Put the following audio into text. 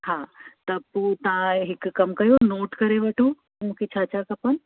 हा त पोइ तव्हां हिकु कमु कयो नोट करे वठो मूंखे छा छा खपनि